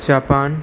Japan